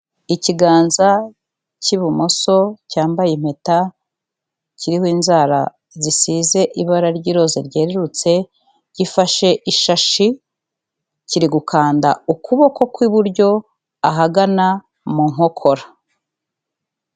Ikiganza cy'ibumoso cyambaye impeta kiriho inzara zisize ibara ry'iroza ryerurutse, gifashe ishashi kiri gukanda ukuboko ku iburyo ahagana mu nkokora.